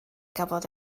gafodd